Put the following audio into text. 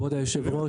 כבוד היושב-ראש,